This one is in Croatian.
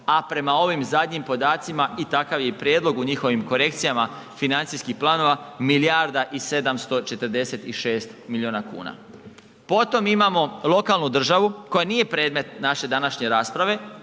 a prema ovim zadnjim podacima i takav je i prijedlog u njihovim korekcijama financijskih planova milijarda i 746 miliona kuna. Potom imamo lokalnu državu koja nije predmet naše današnje rasprave,